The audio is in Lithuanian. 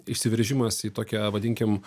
išsiveržimas į tokią vadinkim